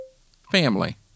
family